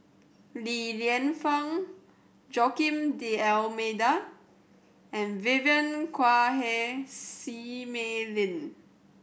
Li Lienfung Joaquim D'Almeida and Vivien Quahe Seah Mei Lin